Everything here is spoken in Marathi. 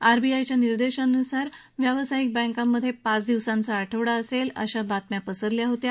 आरबीआयच्या निर्देशांनुसार व्यावसायिक बँकांमध्ये पाच दिवसांचा आठवडा असेल अशा बातम्या पसरल्या होत्या